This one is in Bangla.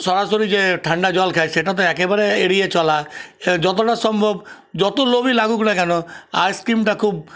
সরাসরি যে ঠান্ডা জল খাই সেটা তো একেবারে এড়িয়ে চলা যতটা সম্ভব যত লোভই লাগুক না কেন আইসক্রিমটা খুব